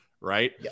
right